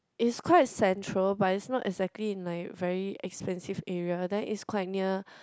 it's quite central but it's not exactly in like very expensive area then is quite near